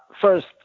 first